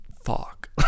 fuck